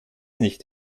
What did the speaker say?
nicht